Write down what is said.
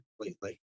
completely